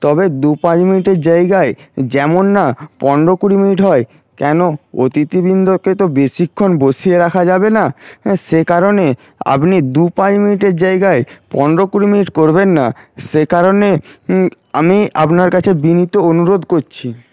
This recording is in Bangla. তবে দু পাঁচ মিনিটের জায়গায় যেমন না পনেরো কুড়ি মিনিট হয় কেনো অতিথিবৃন্দকে তো বেশিক্ষন বসিয়ে রাখা যাবেনা সেই কারণে আপনি দু পাঁচ মিনিটের জায়গায় পনেরো কুড়ি মিনিট করবেন না সেই কারণে আমি আপনার কাছে বিনীত অনুরোধ করছি